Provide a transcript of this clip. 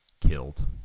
killed